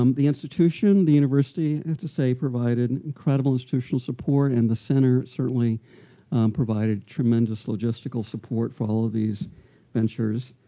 um the institution, the university i have to say provided incredible institutional support. and the center certainly provided tremendous logistical support for all of these ventures.